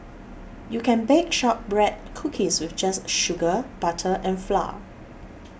you can bake Shortbread Cookies with just sugar butter and flour